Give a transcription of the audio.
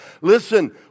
Listen